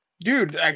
Dude